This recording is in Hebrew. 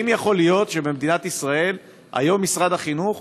האם יכול להיות שבמדינת ישראל היום משרד החינוך,